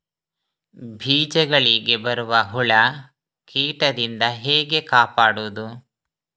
ಬೀಜಗಳಿಗೆ ಬರುವ ಹುಳ, ಕೀಟದಿಂದ ಹೇಗೆ ಕಾಪಾಡುವುದು?